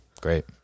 Great